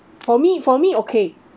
for me for me okay